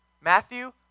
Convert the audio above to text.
Matthew